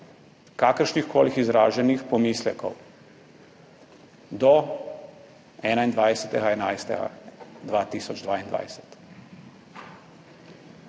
kakršnihkoli izraženih pomislekov do 21. 11. 2022.